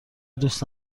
دوست